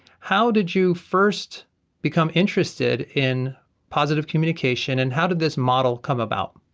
how did you first become interested, in positive communication and how did this model come about?